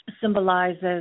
symbolizes